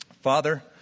Father